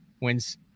wins